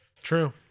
true